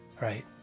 right